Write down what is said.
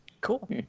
Cool